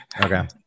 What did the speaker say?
Okay